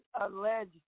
alleged